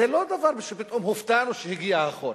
זה לא דבר שפתאום הופתענו שהגיע החורף.